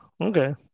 Okay